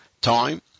time